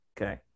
okay